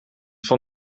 van